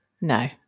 No